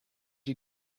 you